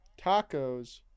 Tacos